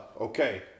Okay